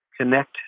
connect